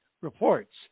reports